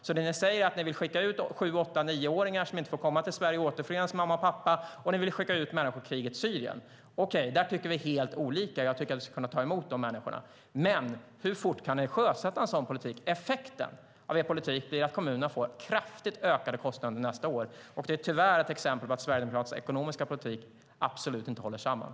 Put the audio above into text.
Om jag förstår det rätt vill ni skicka ut sju-åtta-nio-åringar som inte ska få återförenas med mamma och pappa i Sverige. Ni vill också skicka ut människor till kriget i Syrien. Där tycker vi helt olika; jag tycker att vi ska kunna ta emot de människorna. Men hur fort kan ni sjösätta en sådan politik? Effekten av er politik blir att kommunerna får kraftigt ökade kostnader under nästa år. Det är tyvärr ett exempel på att Sverigedemokraternas ekonomiska politik absolut inte håller samman.